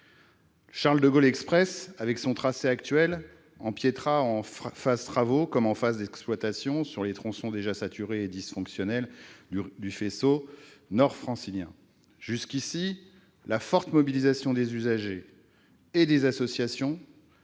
Charles-de-Gaulle Express, avec son tracé actuel, empiètera, en phase de travaux comme en phase d'exploitation, sur les tronçons déjà saturés et dysfonctionnels du faisceau nord francilien. Jusqu'à présent, la forte mobilisation des usagers et des associations